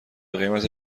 قیمت